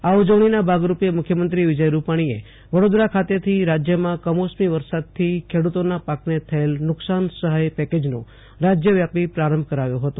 આ ઉજવણીના ભાગરૂપે મુખ્યમંત્રી વિજય રૂપાણીએ વડોદરા ખાતેથી રાજ્યમાં કમોસમી વરસાદથી ખેડૂતોના પાકને થયેલ નુકશાન સહાય પેકેજનો રાજ્યવ્યાપી પ્રારંભ કરાવ્યો હતો